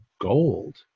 gold